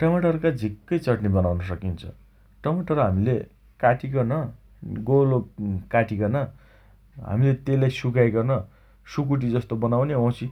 टमाटरका झिक्कै चटनी बनाउन सकिन्छ । टमाटर हमीले काटिकन गोलो काटिकन हमीले तेइलाई सुकाइकन सुकुटी जस्तो बनाउने वाउँछि